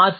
R